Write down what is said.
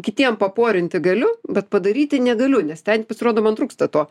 kitiem paporinti galiu bet padaryti negaliu nes ten pasirodo man trūksta to